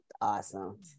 Awesome